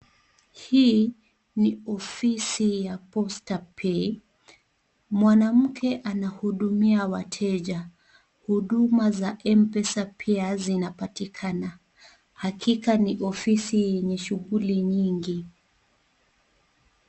Hii ni ofisi ya Posta P , mwanamke anahudumia mteja, huduma za Mpesa pia zinapatikana, hakika ni ofisi yenye shuguli nyingi.